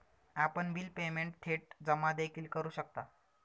आपण bill payment थेट जमा देखील करू शकता